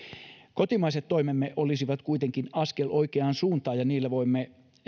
kotimaiset toimemme olisivat kuitenkin askel oikeaan suuntaan ja niillä voimme